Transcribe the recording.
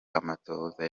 amatohoza